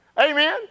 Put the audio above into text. Amen